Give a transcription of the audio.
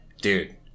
Dude